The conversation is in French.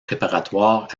préparatoire